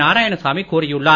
நாராயணசாமி கூறியுள்ளார்